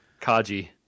Kaji